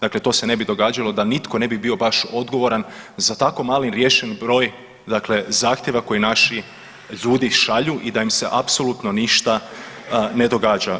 Dakle, to se ne bi događalo da nitko ne bi bio baš odgovoran za tako malen riješen broj, dakle zahtjeva koji naši ljudi šalju i da im se apsolutno ništa ne događa.